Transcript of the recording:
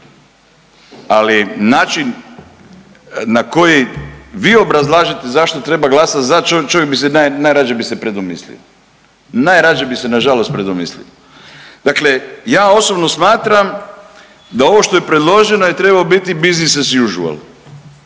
ali način na koji vi obrazlažete zašto treba glasat za, čovjek, čovjek bi se naj, najrađe bi se predomislio, najrađe bi se nažalost predomislio. Dakle, ja osobno smatram da ovo što je predloženo je trebao biti „business as usual“,